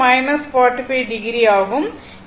14∠ 45o ஆகும்